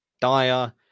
dire